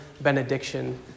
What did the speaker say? benediction